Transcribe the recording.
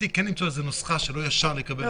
כן צריך למצוא איזו נוסחה שתדאג לזה.